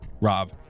Rob